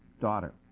daughter